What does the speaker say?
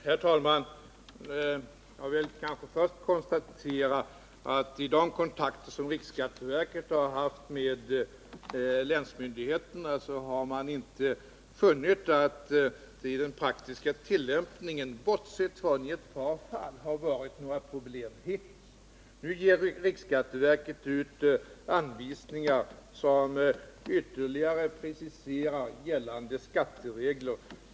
Herr talman! I de kontakter som riksskatteverket haft med länsmyndigheterna har man inte funnit att det varit några problem i den praktiska tillämpningen, bortsett från ett par fall. Nu ger riksskatteverket ut anvisningar som ytterligare preciserar gällande skatteregler.